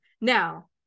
now